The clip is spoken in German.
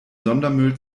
sondermüll